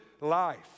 life